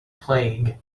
plague